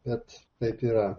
bet taip yra